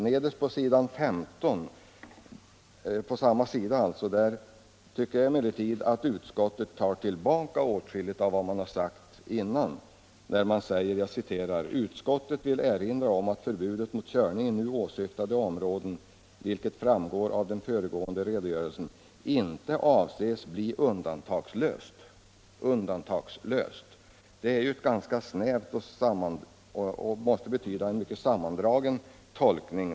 Nederst på s. 15 tycker jag emellertid att utskottet tar tillbaka åtskilligt av vad som står att läsa strax innan, när man säger: ”Utskottet vill erinra om att förbudet mot körning i nu åsyftade områden, vilket framgår av den föregående redogörelsen, inte avses bli undantagslöst.” Undantagslöst — det är ju rätt snävt uttryckt och måste väl av lagtolkaren ges en ganska sammandragen och snäv tolkning.